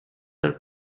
are